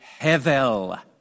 hevel